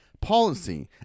Policy